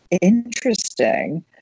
Interesting